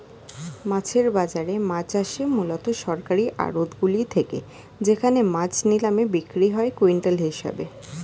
মাছের বাজারে মাছ আসে মূলত সরকারি আড়তগুলি থেকে যেখানে মাছ নিলামে বিক্রি হয় কুইন্টাল হিসেবে